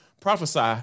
prophesy